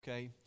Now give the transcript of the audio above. Okay